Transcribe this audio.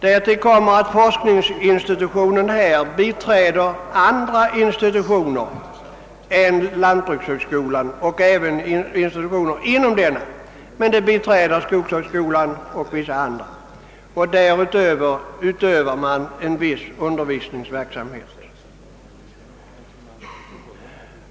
Därtill kommer att denna forskningsinstitution biträder andra institutioner än sådana som finns inom lantbrukshögskolan, nämligen institutioner inom skogshögskolan och vissa institutioner på andra håll. Därutöver bedriver man viss undervisningsverksamhet.